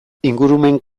ingurumen